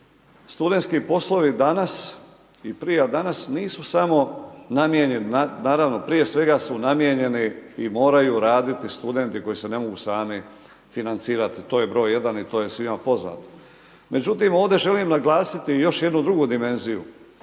studenti poslovi danas i prije od danas, nisu samo namijenjeni, naravno prije svega su namijenjeni i moraju raditi studenti koji se ne mogu sami financirati, to je broj jedan i to je svima poznato. Međutim ovdje želim naglasiti još jednu drugu dimenziju,